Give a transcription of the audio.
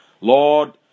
Lord